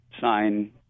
sign